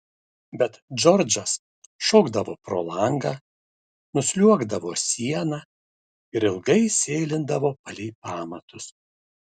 bet džordžas šokdavo pro langą nusliuogdavo siena ir ilgai sėlindavo palei pamatus